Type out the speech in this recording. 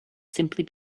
simply